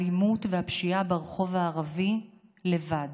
האלימות והפשיעה ברחוב הערבי, לבד,